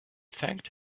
thanked